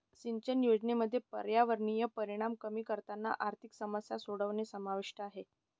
सिंचन योजनांमध्ये पर्यावरणीय परिणाम कमी करताना आर्थिक समस्या सोडवणे समाविष्ट आहे